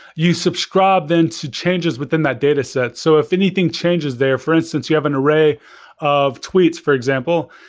you subscribe then to changes within that data set. so if anything changes there, for instance you have an array of tweets, for example.